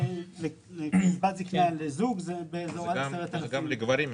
קצבת זקנה לזוג היא בסביבות 10,500 שקלים.